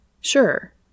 Sure